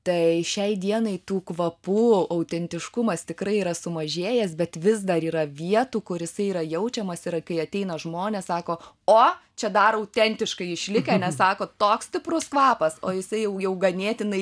tai šiai dienai tų kvapų autentiškumas tikrai yra sumažėjęs bet vis dar yra vietų kur jisai yra jaučiamas yra kai ateina žmonės sako o čia dar autentiškai išlikę nes sako toks stiprus kvapas o jisai jau jau ganėtinai